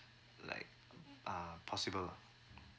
like uh possible ah